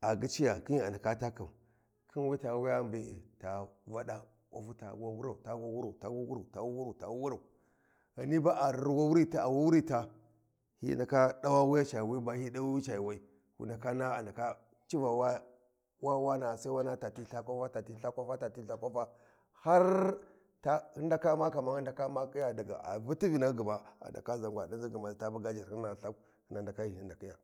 a ghiciya khim ghi a ndaka takai khin wi ta wuyani be’e ta wada kwafu ta wawurau Ghani ba a wawurita hyi ndaka dawa wuyi ca yuuwai ba hyi dawi wuyi ca yuuwai wu ndaka naha a ndaka civa wa wa wa’na’a sai wan aha tati ltha kwafa tati ltha kwafa har ta hyin ndaka umma kamar hyin ndaka a ba ti vinahyi gma a ndaka zigwa Danzi gmata buga jarhyun hyina lthau hyina ndaka ghi hyin ndakihiya.